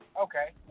Okay